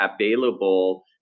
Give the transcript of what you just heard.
available